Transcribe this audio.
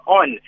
on